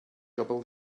double